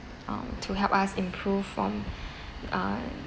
um to help us improve on uh